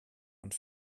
und